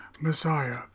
Messiah